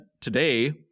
today